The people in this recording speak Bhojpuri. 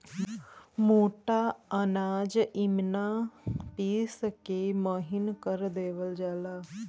मोटा अनाज इमिना पिस के महीन कर देवल जाला